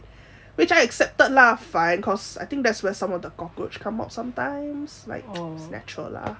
which I accepted lah fine cause I think that's where some of the cockroach come up sometimes like it's natural lah